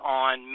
on